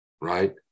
right